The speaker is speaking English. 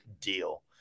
deal